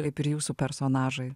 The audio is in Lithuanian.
kaip ir jūsų personažai